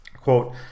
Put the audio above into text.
Quote